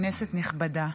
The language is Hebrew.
כנסת נכבדה,